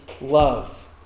love